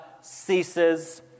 ceases